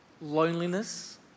loneliness